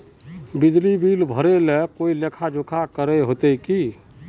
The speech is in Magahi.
बिजली बिल भरे ले कोई लेखा जोखा करे होते की?